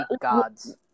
gods